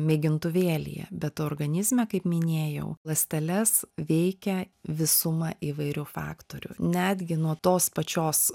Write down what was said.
mėgintuvėlyje bet organizme kaip minėjau ląsteles veikia visuma įvairių faktorių netgi nuo tos pačios